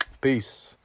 Peace